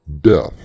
death